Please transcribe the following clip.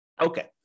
Okay